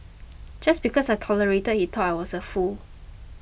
just because I tolerated he thought I was a fool